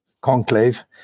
conclave